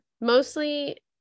mostly